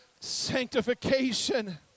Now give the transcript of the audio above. sanctification